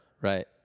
Right